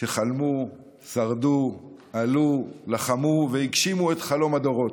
שחלמו, שרדו, עלו, לחמו והגשימו את חלום הדורות: